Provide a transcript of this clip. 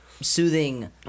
soothing